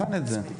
נבחן את זה.